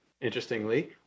interestingly